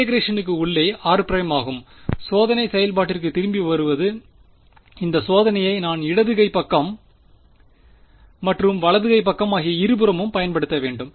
இன்டெகிரேஷனுக்கு உள்ளே இது r ஆகும் சோதனை செயல்பாட்டிற்கு திரும்பி வருவது இந்த சோதனையை நான்இடது கை பக்கம் மற்றும் வலது கை பக்கம் ஆகிய இருபுறமும் பயன்படுத்த வேண்டும்